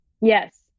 Yes